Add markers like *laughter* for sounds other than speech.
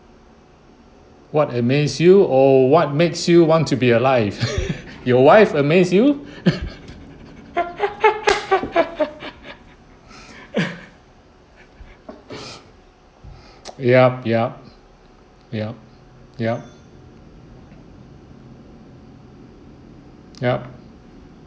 what amaze you or what makes you want to be alive *laughs* your wife amaze you *laughs* *noise* yup yup yup yup yup